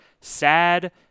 sad